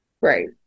Right